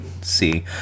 see